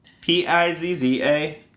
P-I-Z-Z-A